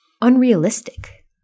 unrealistic